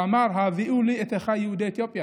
שאמר: "הביאו לי את אחיי יהודי אתיופיה".